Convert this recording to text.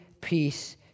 peace